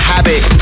Habit